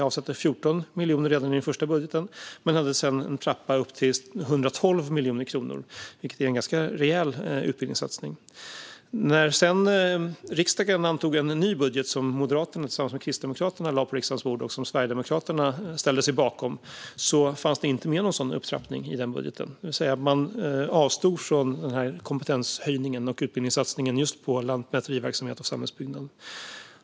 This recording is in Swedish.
Vi avsatte 14 miljoner redan i den första budgeten och hade sedan en trappa upp till 112 miljoner kronor, vilket är en rejäl utbildningssatsning. När sedan riksdagen antog en ny budget som Moderaterna tillsammans med Kristdemokraterna lade på riksdagens bord och som Sverigedemokraterna ställde sig bakom fanns en sådan upptrappning inte med. Man avstod alltså från denna kompetenshöjning och utbildningssatsning på lantmäteriverksamhet och samhällsbyggnad.